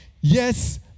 Yes